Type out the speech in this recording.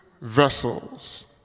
vessels